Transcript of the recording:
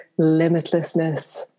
limitlessness